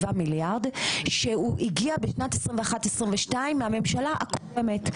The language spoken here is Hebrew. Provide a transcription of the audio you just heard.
מיליארד שהוא הגיע בשנת 2021-2022 מהממשלה הקודמת.